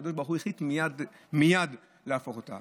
שהקדוש ברוך הוא החליט מייד להפוך אותה?